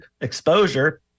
exposure